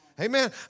Amen